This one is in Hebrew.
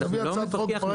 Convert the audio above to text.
אבל אנחנו חוששים